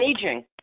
aging